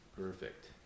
Perfect